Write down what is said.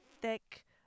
thick